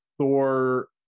Thor